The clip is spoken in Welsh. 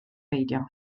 beidio